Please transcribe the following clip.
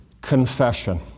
confession